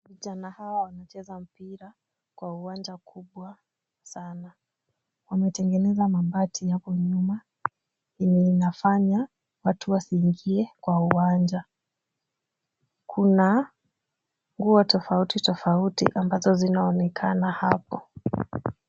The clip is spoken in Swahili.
Vijana hawa wanacheza mpira kwa uwanja kubwa sana. Wametengeneza mabati hapo nyuma yenye inafanya watu wasiingie kwa uwanja. Kuna nguo tofauti tofauti ambazo zinaonekana hapo.